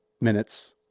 minutes